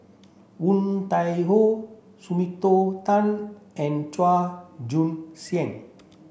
Woon Tai Ho Tan and Chua Joon Siang